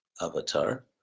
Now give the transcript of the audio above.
avatar